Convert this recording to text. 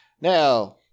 Now